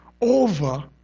over